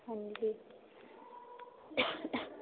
ਹਾਂਜੀ